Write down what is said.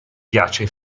piace